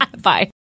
Bye